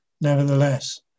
nevertheless